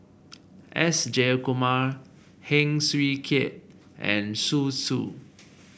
S Jayakumar Heng Swee Keat and Zhu Xu